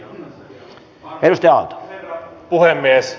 arvoisa herra puhemies